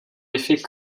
effet